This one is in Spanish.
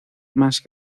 más